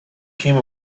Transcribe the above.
came